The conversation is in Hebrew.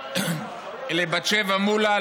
לבת שבע מולה,